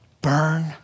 Burn